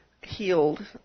healed